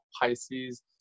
Pisces